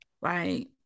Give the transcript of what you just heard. Right